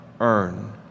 earn